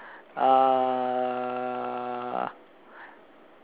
uh